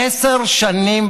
עשר שנים,